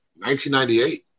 1998